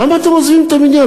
למה אתם עוזבים את המניין,